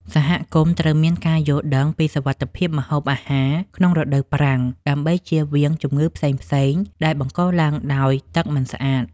សហគមន៍ត្រូវមានការយល់ដឹងពីសុវត្ថិភាពម្ហូបអាហារក្នុងរដូវប្រាំងដើម្បីជៀសវាងជំងឺផ្សេងៗដែលបង្កឡើងដោយទឹកមិនស្អាត។